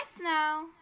now